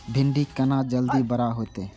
भिंडी केना जल्दी बड़ा होते?